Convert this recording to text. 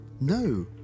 No